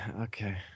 okay